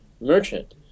merchant